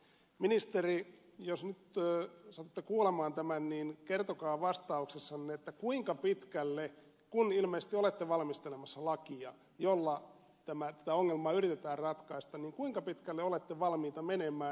ministeri jos nyt satutte kuulemaan tämän niin kertokaa vastauksessanne kun ilmeisesti olette valmistelemassa lakia jolla tätä ongelmaa yritetään ratkaista kuinka pitkälle olette valmiita menemään